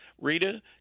Rita